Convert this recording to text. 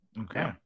Okay